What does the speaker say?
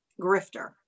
grifter